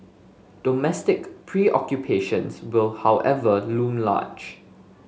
domestic preoccupations will however loom large